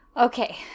Okay